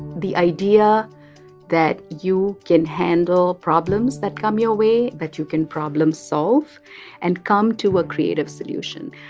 the idea that you can handle problems that come your way, that you can problem-solve and come to a creative solution.